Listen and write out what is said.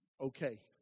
Okay